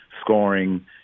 scoring